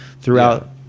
throughout